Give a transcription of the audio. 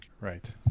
Right